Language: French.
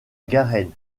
garenne